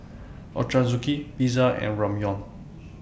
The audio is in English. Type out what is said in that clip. Ochazuke Pizza and Ramyeon